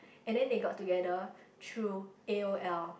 and then they got together through a_o_l